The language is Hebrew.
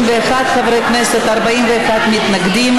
מי נגד?